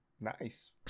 Nice